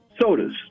Sodas